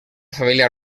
família